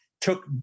took